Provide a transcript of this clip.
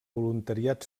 voluntariat